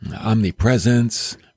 omnipresence